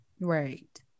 right